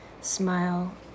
Smile